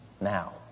now